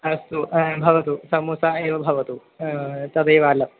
अस्तु भवतु समोसा एव भवतु तदेव अलं